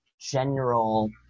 general